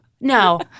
No